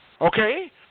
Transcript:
okay